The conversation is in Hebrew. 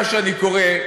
מה שאני קורא,